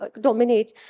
dominate